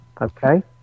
okay